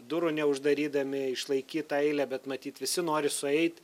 durų neuždarydami išlaikyt tą eilę bet matyt visi nori sueit